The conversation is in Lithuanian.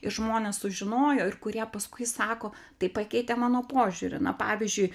ir žmonės sužinojo ir kurie paskui sako tai pakeitė mano požiūrį na pavyzdžiui